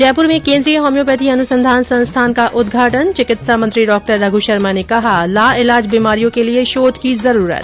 जयपुर में केन्द्रीय होम्योपैथी अनुसंधान संस्थान का उद्घाटन चिकित्सा और स्वास्थ्य मंत्री डॉ रघु शर्मा ने कहा लाईलाज बीमारियों के लिये शोध की जरूरत